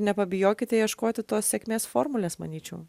nepabijokite ieškoti sėkmės formulės manyčiau